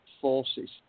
forces